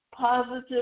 positive